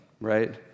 right